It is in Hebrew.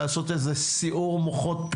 קודם כול אני רוצה להתייחס למה שאמרו חלק מקודמיי,